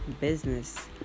business